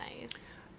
nice